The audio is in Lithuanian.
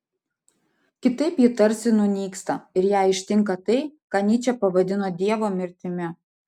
kitaip ji tarsi nunyksta ir ją ištinka tai ką nyčė pavadino dievo mirtimi